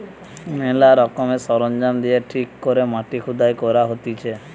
ম্যালা রকমের সরঞ্জাম দিয়ে ঠিক করে মাটি খুদাই করা হতিছে